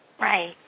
right